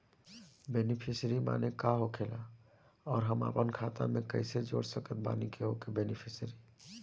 Beneficiary माने का होखेला और हम आपन खाता मे कैसे जोड़ सकत बानी केहु के बेनीफिसियरी?